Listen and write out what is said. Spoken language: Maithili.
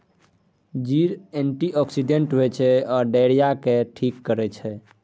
जीर एंटीआक्सिडेंट होइ छै आ डायरिया केँ ठीक करै छै